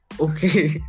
Okay